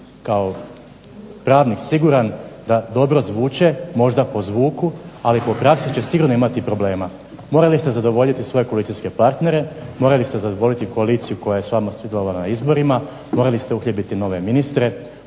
kao pravnik siguran da dobro zvuče, možda po zvuku, ali po praksi će sigurno imati problema. Morali ste zadovoljiti svoje koalicijske partnere, morali ste zadovoljiti koaliciju koja je s vama sudjelovala na izborima, morali ste uhljebiti nove ministre,